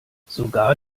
sogar